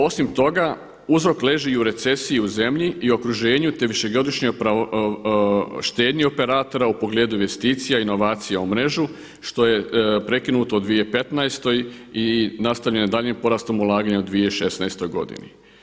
Osim toga, uzrok leži i u recesiji u zemlji i okruženju, te višegodišnjoj štednji operatora u pogledu investicija, inovacija u mrežu što je prekinuto u 2015. i nastavljeno je daljnjim porastom ulaganja u 2016. godini.